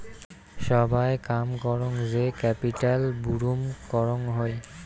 সোগায় কাম করং যে ক্যাপিটাল বুরুম করং হই